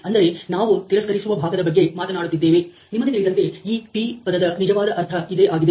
ಅಂದರೆ ನಾವು ತಿರಸ್ಕರಿಸುವ ಭಾಗದ ಬಗ್ಗೆ ಮಾತನಾಡುತ್ತಿದ್ದೇವೆ ನಿಮಗೆ ತಿಳಿದಂತೆ ಈ P ಪದದ ನಿಜವಾದ ಅರ್ಥ ಇದೇ ಆಗಿದೆ